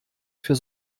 für